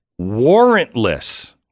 warrantless